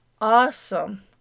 awesome